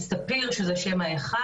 'ספיר' שזה גם שם ההיכל,